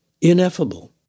ineffable